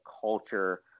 culture